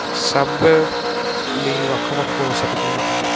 ਸਭ ਲਈ ਵੱਖ ਵੱਖ ਹੋ ਸਕਦੀਆਂ ਹਨ